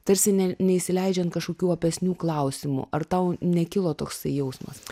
tarsi ne neįsileidžiant kažkokių opesnių klausimų ar tau nekilo toksai jausmas